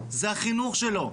זה החינוך שלו,